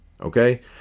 Okay